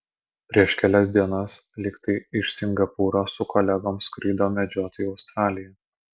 prieš kelias dienas lyg tai iš singapūro su kolegom skrido medžiot į australiją